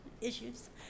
issues